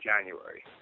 January